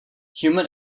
human